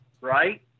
right